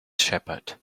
shepherd